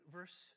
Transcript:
verse